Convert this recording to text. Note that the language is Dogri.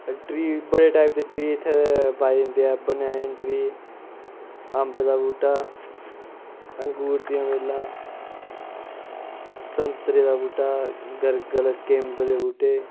बड़े टाइप दे ट्री इत्थें पाए जंदे ऐ बनैन ट्री अम्ब दा बूह्टा अंगूर दियां बेल्लां संतरे दा बूह्टा गरगल किंब दे बूह्टे